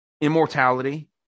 immortality